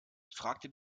fragte